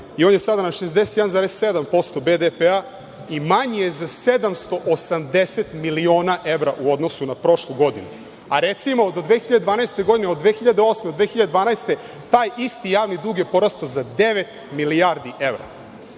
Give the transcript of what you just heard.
i on je sada na 61,7% BDP-a i manji je za 780 miliona evra u odnosu na prošlu godinu. Recimo, da od 2008. godine do 2012. godine taj isti javni dug je porastao za devet milijardi